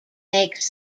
makes